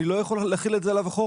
אני לא יכול להחיל את זה עליו אחורה.